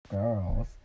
girls